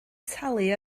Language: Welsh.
talu